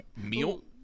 meal